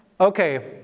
okay